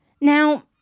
Now